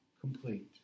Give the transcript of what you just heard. complete